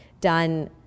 done